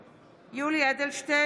(קוראת בשמות חברי הכנסת) יולי יואל אדלשטיין,